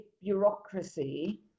bureaucracy